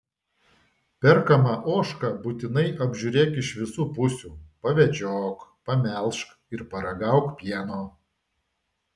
perkamą ožką būtinai apžiūrėk iš visų pusių pavedžiok pamelžk ir paragauk pieno